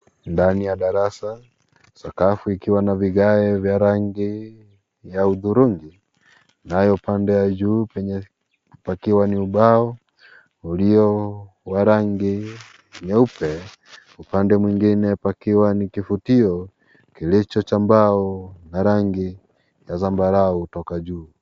Ndani ya darasa sakafu ikiwa na vigae vya rangi ya hudhurungi ,nayo upande wa juu pakiwa ni ubao ulio wa rangi nyeupe, upande mwingine pakiwa ni kivutio kilicho cha mbao na rangi ya zambarao kutoka juu.